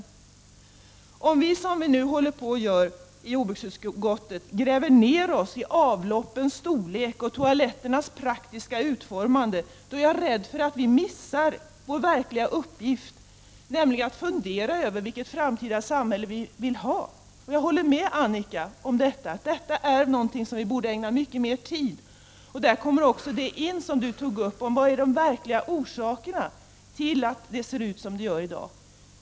Om vi gräver ner oss, som vi nu håller på att göra i jordbruksutskottet, i avloppens storlek och toaletternas praktiska utformande, är jag rädd för att vi missar vår verkliga uppgift, nämligen att fundera över vilket framtida samhälle vi vill ha. Jag håller med Annika Åhnberg om att detta är något som vi borde ägna mycket mer tid. Där kommer också in i bilden det som Annika Åhnberg tog upp, nämligen vilka de verkliga orsakerna är till att de ser ut som det gör i dag.